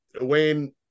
Wayne